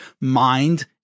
mind